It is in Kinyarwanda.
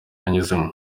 yanyuzemo